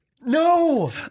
No